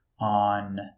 on